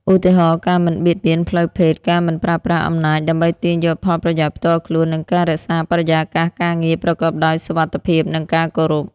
ឧទាហរណ៍ ការមិនបៀតបៀនផ្លូវភេទ ការមិនប្រើប្រាស់អំណាចដើម្បីទាញយកផលប្រយោជន៍ផ្ទាល់ខ្លួន និងការរក្សាបរិយាកាសការងារប្រកបដោយសុវត្ថិភាព និងការគោរព។